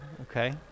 okay